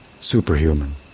superhuman